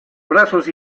brazos